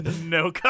no